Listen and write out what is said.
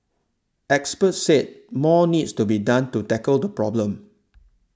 experts said more needs to be done to tackle the problem